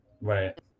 Right